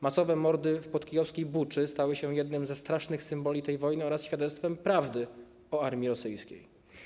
Masowe mordy w podkijowskiej Buczy stały się jednym ze strasznych symboli tej wojny oraz świadectwem prawdy o armii rosyjskiej.